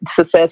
success